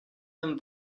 them